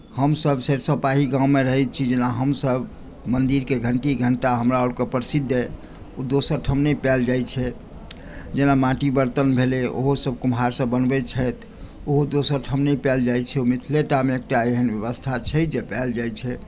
हमसभ सरिसब पाही गाममे रहैत छी जेना हमसभ मन्दिर के घण्टी घण्टा हमरा आओरके प्रसिद्ध अइ दोसर ठाम नहि पायल जाइत छै जेना माँटी बरतन भेलै ओहोसभ कुम्हारसभ बनबैत छथि आओर दोसर ठाम नहि पायल जाइत छै मिथिले टामे एकटा एहन व्यवस्था छै जे पायल जाइत छै